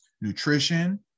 nutrition